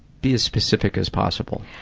be as specific as possible.